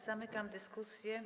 Zamykam dyskusję.